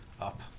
up